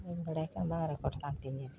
ᱵᱟᱹᱧ ᱵᱟᱲᱟᱭ ᱠᱷᱟᱡ ᱵᱟᱝ ᱨᱮᱠᱳᱰ ᱞᱮᱱ ᱛᱤᱧ ᱡᱟᱱᱤ